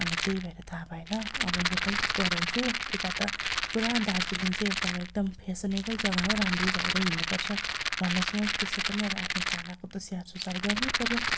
अन्त त्यही भएर थाहा भएन अब यतै गराउँछु यता त पुरा दार्जिलिङ चाहिँ एउटा अब एकदम फेसेनेबल जग्गा हो राम्री भएरै हिँड्नुपर्छ भनेर सोच त्यसै पनि अब आफ्नो छालाको त स्याहारसुसार गर्नै पऱ्यो